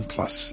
Plus